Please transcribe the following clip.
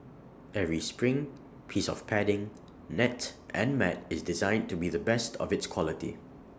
every spring piece of padding net and mat is designed to be the best of its quality